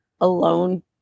alone